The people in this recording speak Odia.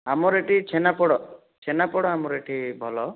ଆମର ଏଠି ଛେନା ପୋଡ଼ ଛେନା ପୋଡ଼ ଆମର ଏଠି ଭଲ